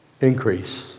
Increase